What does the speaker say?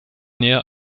näher